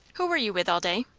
who were you with all day?